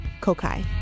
Kokai